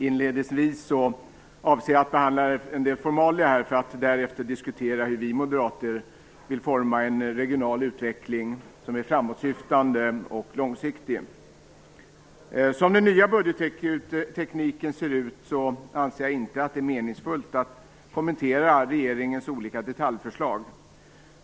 Inledningsvis avser jag att behandla en del formalia, för att därefter diskutera hur vi moderater vill forma en regional utveckling som är framåtsyftande och långsiktig. Som den nya budgettekniken ser ut, anser jag att det inte är meningsfullt att kommentera regeringens olika detaljförslag.